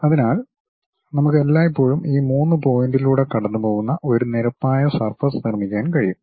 അതിനാൽ നമുക്ക് എല്ലായ്പ്പോഴും ഈ മൂന്ന് പോയിൻ്റിലൂടെ കടന്നുപോകുന്ന ഒരു നിരപ്പായ സർഫസ് നിർമ്മിക്കാൻ കഴിയും